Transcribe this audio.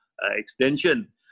extension